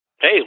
Hey